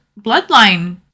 bloodline